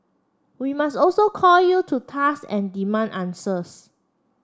we must also call you to task and demand answers